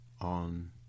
on